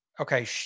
Okay